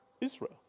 Israel